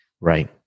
right